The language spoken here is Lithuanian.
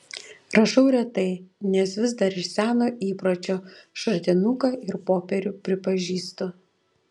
rašau retai nes vis dar iš seno įpročio šratinuką ir popierių pripažįstu